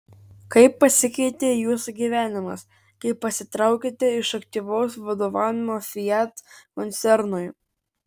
kaip pasikeitė jūsų gyvenimas kai pasitraukėte iš aktyvaus vadovavimo fiat koncernui